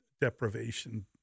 deprivation